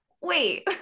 wait